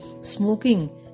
smoking